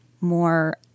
more